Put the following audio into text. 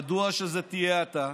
מדוע שזה יהיה אתה?